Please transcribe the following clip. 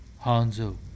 Hanzo